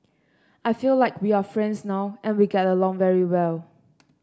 I feel like we are friends now and we get along really well